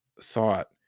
thought